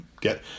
get